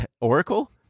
Oracle